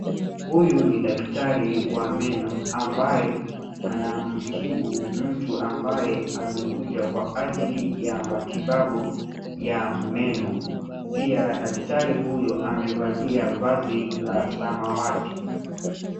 Huyu ni daktari wa meno ambaye anamtibu mtu ambaye amekuja kwa ajili ya matibabu ya meno. Pia daktari huyo amevalia vazi la samawati.